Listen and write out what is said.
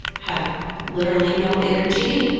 have literally no energy.